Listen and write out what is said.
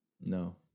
No